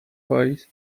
پاییز